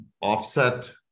offset